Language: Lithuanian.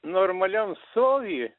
normaliom stovy